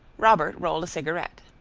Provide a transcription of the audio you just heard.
robert rolled a cigarette.